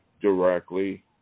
directly